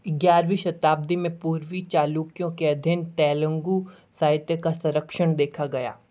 ग्यारहवीं शताब्दी में पूर्वी चालुक्यों के अधीन तेलुगु साहित्य का संरक्षण देखा गया